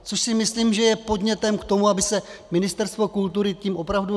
Což si myslím, že je podnětem k tomu, aby se Ministerstvo kultury tím opravdu zabývalo.